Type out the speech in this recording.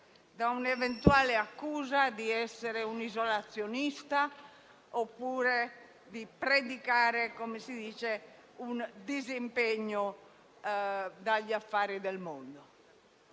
dall'eventuale accusa di essere un'isolazionista oppure di predicare "un disimpegno" dagli affari del mondo.